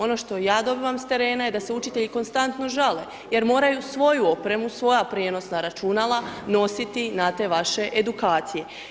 Ono što ja dobivam s terena je da se učitelji konstantno žale jer moraju svoju opremu, svoja prijenosna računala nositi na te vaše edukacije.